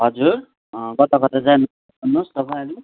हजुर कता कता जानु छ भन्नुहोस् तपाईँहरू